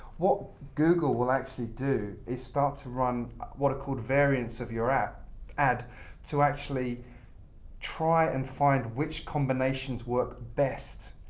what google will actually do is start to run what are called variance of your ad ad to actually try and find which combinations work best.